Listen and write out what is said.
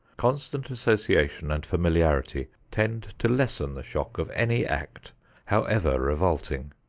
constant association and familiarity tend to lessen the shock of any act however revolting.